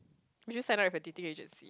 would you sign up with a dating agency